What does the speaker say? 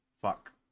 fuck